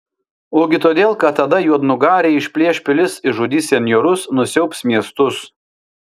ogi todėl kad tada juodnugariai išplėš pilis išžudys senjorus nusiaubs miestus